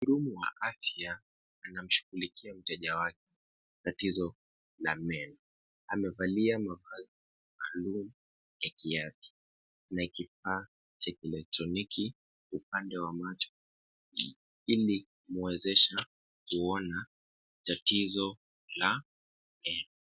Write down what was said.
Mhudumu wa afya anamshughulikia mteja wake tatizo la meno. Amevalia mavazi maalum ya kiafya na kifaa cha kielektroniki upande wa macho ili kumwezesha kuona tatizo la meno.